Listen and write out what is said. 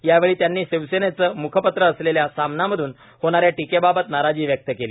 यावेळी त्यांनी शिवसेनेचं मुखपत्र असलेल्या सामनामधून होणा या टीकेबाबत नाराजी व्यक्त केली